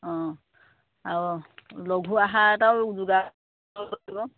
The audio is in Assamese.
অঁ আৰু লঘু আহাৰ এটাও যোগাৰ কৰিব লাগিব